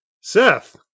Seth